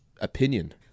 opinion